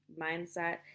mindset